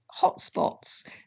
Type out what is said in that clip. hotspots